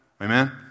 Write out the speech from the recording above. Amen